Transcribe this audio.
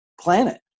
planet